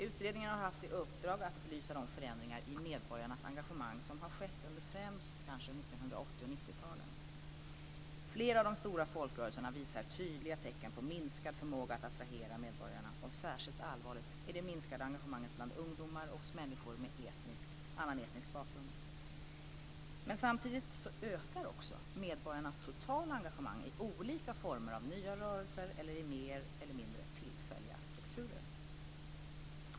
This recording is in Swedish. Utredningen har haft i uppdrag att belysa de förändringar i medborgarnas engagemang som har skett under främst 1980 och 1990-talen. Flera av de stora folkrörelserna visar tydliga tecken på minskad förmåga att attrahera medborgarna. Särskilt allvarligt är det minskade engagemanget bland ungdomar och hos människor med annan etnisk bakgrund. Men samtidigt ökar medborgarnas totala engagemang i olika former av nya rörelser eller i mer eller mindre tillfälliga strukturer.